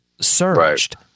surged